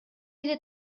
эле